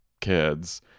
kids